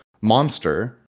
monster